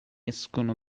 escono